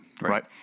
right